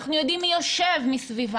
אנחנו יודעים מי יושב מסביבם,